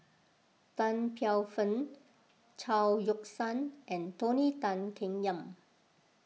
Tan Paey Fern Chao Yoke San and Tony Tan Keng Yam